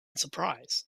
surprise